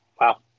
Wow